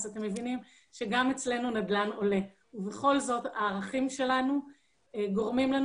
אז אתם מבינים שגם אצלנו נדל"ן עולה ובכל זאת הערכים שלנו גורמים לנו